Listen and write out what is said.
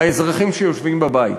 האזרחים שיושבים בבית,